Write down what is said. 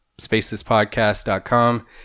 spacespodcast.com